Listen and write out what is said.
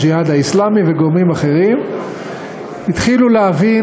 "הג'יהאד האסלאמי" וגורמים אחרים התחילו להבין